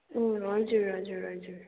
अँ हजुर हजुर हजुर